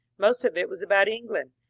most of it was about england,